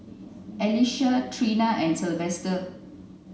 Alisha Treena and Silvester